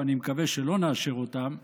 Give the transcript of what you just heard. ואני מקווה שלא נאשר אותם,